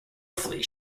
flea